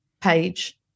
page